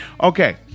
Okay